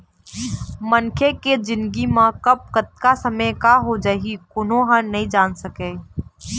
मनखे के जिनगी म कब, कतका समे का हो जाही कोनो ह नइ जान सकय